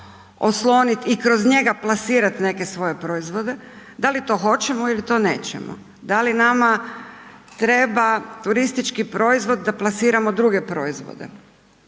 oslonit i kroz njega plasirat neke svoje proizvode, da li to hoćemo ili to nećemo? Da li nama treba turistički proizvod da plasiramo druge proizvode